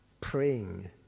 praying